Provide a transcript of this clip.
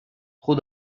trop